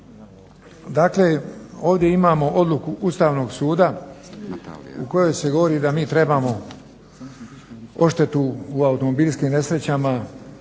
Dakle, ovdje imamo odluku Ustavnog suda u kojoj se govori da mi trebamo odštetu u automobilskim nesrećama